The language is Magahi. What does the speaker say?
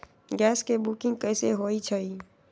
गैस के बुकिंग कैसे होईछई?